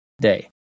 day